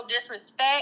disrespect